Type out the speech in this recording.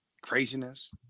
craziness